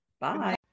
Bye